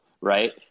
Right